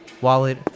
wallet